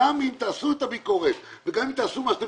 גם אם תעשו את הביקורת וגם אם תעשו מה שאתם